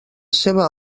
seva